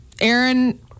Aaron